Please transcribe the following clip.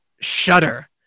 Shudder